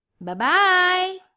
Bye-bye